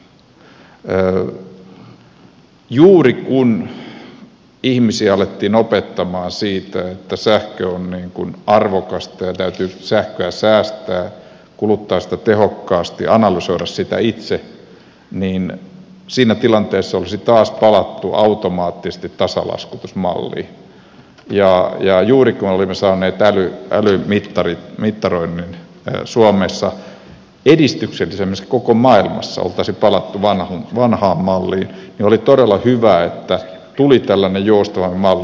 juuri kun ihmisiä alettiin opettamaan että sähkö on arvokasta ja täytyy sähköä säästää kuluttaa sitä tehokkaasti analysoida sitä itse niin siinä tilanteessa olisi taas palattu automaattisesti tasalaskutusmalliin ja juuri kun olimme saaneet älymittaroinnin suomessa edistyksellisimmäksi koko maailmassa oltaisiin palattu vanhaan malliin niin että oli todella hyvä että tuli tällainen joustava malli